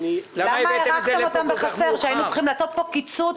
למה הערכתם אותם בחסר כשהיינו צריכים לעשות פה קיצוץ